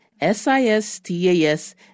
S-I-S-T-A-S